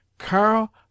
Carl